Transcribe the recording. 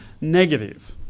negative